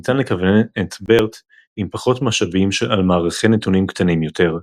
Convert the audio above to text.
ניתן לכוונן את BERT עם פחות משאבים על מערכי נתונים קטנים יותר,